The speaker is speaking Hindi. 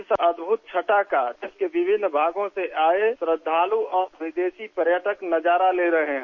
इस अद्भुत छठा का देश के विभिन्न भागों से आये श्रद्दालू और विदेशो पर्यटक नजारा ले रहे हैं